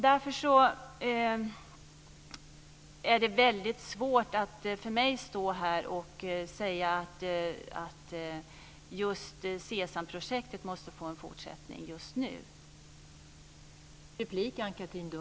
Därför är det väldigt svårt för mig att stå här och säga att just SESAM-projektet måste få en fortsättning just nu.